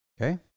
Okay